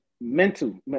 mental